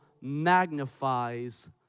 magnifies